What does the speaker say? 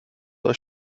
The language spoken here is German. euch